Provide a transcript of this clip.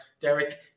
Derek